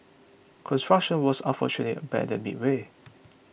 construction was unfortunately abandoned midway